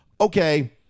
okay